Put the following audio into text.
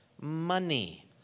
Money